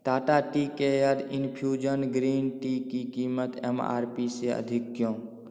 Tata tea care infusion green tea की कीमत M R P से अधिक क्यों